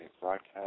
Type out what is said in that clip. broadcast